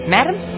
Madam